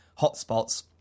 hotspots